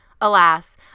alas